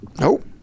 nope